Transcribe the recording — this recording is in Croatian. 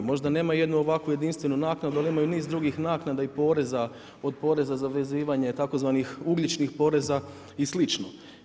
Možda nemaju jednu ovakvu jedinstvenu naknadu, ali imaju niz drugih naknada i poreza, od poreza za vezivanja tzv. ugljičnih poreza i slično.